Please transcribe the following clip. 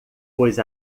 pois